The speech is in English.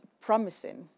promising